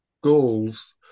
goals